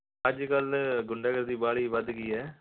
ਅੱਜ ਕੱਲ੍ਹ ਗੁੰਡਾਗਰਦੀ ਬਾਹਲੀ ਵੱਧ ਗਈ ਹੈ